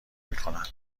میکنن